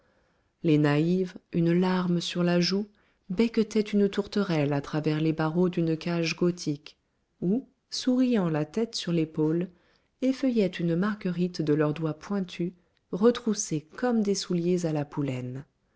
les naïves une larme sur la joue becquetaient une tourterelle à travers les barreaux d'une cage gothique ou souriant la tête sur l'épaule effeuillaient une marguerite de leurs doigts pointus retroussés comme des souliers à la poulaine